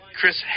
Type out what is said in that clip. Chris